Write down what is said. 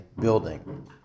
building